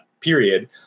period